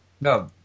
No